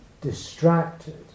distracted